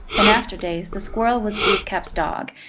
in after-days the squirrel was glooskap s dog,